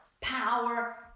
power